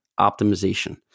optimization